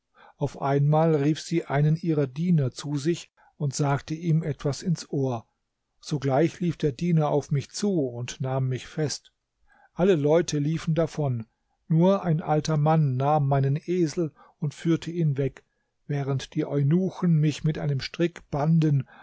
auf einmal rief sie einen ihrer diener zu sich und sagte ihm etwas ins ohr sogleich lief der diener auf mich zu und nahm mich fest alle leute liefen davon nur ein alter mann nahm meinen esel und führte ihn weg während die eunuchen mich mit einem strick banden